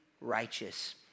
Righteous